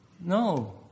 No